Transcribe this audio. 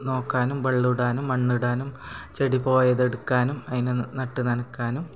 നോക്കാനും വെള്ളോടാനും മണ്ണിടാനും ചെടി പോയതെടുക്കാനും അതിനെ നട്ട് നനക്കാനും